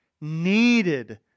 needed